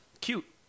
Cute